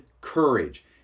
courage